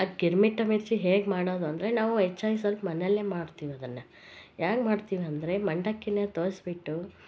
ಆ ಗಿರ್ಮಿಟ್ ಮಿರ್ಚಿ ಹೇಗೆ ಮಾಡೋದಂದರೆ ನಾವು ಹೆಚ್ಚಾಗ ಸ್ವಲ್ಪ ಮನೇಲೇ ಮಾಡ್ತೀವಿ ಅದನ್ನ ಹ್ಯಾಗ ಮಾಡ್ತೀವಂದರೆ ಮಂಡಕ್ಕೀನ ತರ್ಸ್ಬಿಟ್ಟು